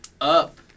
up